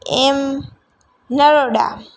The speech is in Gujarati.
એમ નરોડા